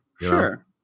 sure